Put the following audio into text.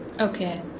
okay